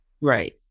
Right